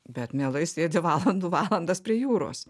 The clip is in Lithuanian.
bet mielai sėdi valandų valandas prie jūros